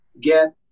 get